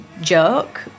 joke